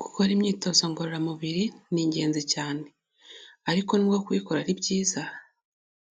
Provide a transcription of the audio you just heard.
Gukora imyitozo ngororamubiri, ni ingenzi cyane, ariko n'uko kuyikora ari byiza,